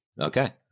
Okay